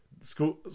School